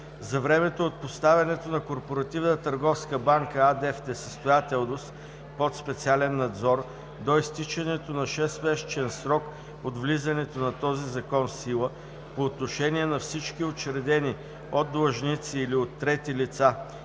За времето от поставянето на „Корпоративна търговска банка“ АД – в несъстоятелност под специален надзор, до изтичането на 6-месечен срок от влизането на този закон в сила, по отношение на всички учредени от длъжници или от трети лица